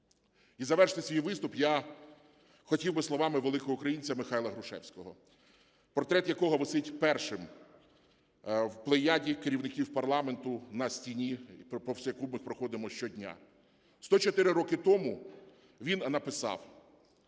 І завершити свій виступ я хотів би словами великого українця Михайла Грушевського, портрет якого висить першим в плеяді керівників парламенту на стіні, повз яку ми проходимо щодня. 104 роки тому він написав: